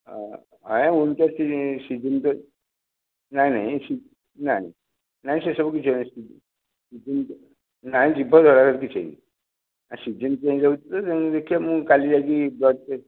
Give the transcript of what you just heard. ଆଜ୍ଞା ଉଇଣ୍ଟର୍ ସିଜିନ୍ଟେ ନାଇଁ ନାଇଁ ନାଇଁ ନାଇଁ ନାଇଁ ସେସବୁ କିଛି ନାଇଁ ନାଇଁ ଜିଭ ଜଳାଜଳି କିଛି ହେଇନି ଏ ସିଜିନ୍ ଚେଞ୍ଜ ହେଉଛି ତେଣୁ ଦେଖିବା ମୁଁ କାଲି ଯାଇକି ବ୍ଲଡ଼୍ ଟେଷ୍ଟ୍